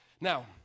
Now